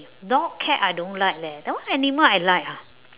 dog cat I don't like leh then what animal I like ah